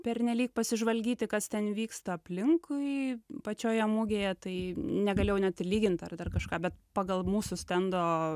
pernelyg pasižvalgyti kas ten vyksta aplinkui pačioje mugėje tai negalėjau net lygint ar dar kažką bet pagal mūsų stendo